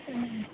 ओ